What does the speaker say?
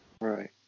Right